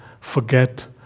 forget